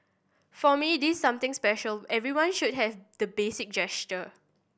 for me this something special everyone should have the basic gesture